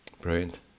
Brilliant